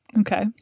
Okay